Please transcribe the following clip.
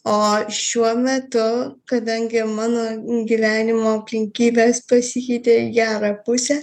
o šiuo metu kadangi mano gyvenimo aplinkybės pasikeitė į gerą pusę